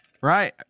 right